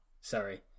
Sorry